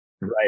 Right